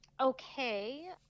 okay